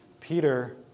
Peter